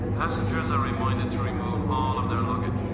passengers are reminded to remove all of their luggage.